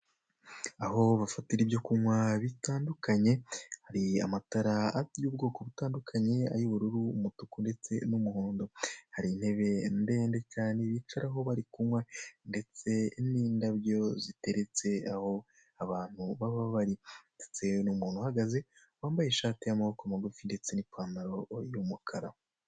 Aho bafatira ibyo kunywa bitandukanye, hari amatara y'ubwoko butandukanye ay'ubururu, umutuku ndetse n'umuhondo, hari intebe ndende cyane bicaraho bari kunywa ndetse n'indabyo ziteretse aho abantu baba bari, ndetse ni umuntu uhagaze wambaye ishati y'amaboko magufi ndetse n'ipantaro y'umukara.